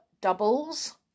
doubles